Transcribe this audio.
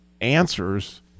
answers